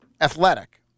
athletic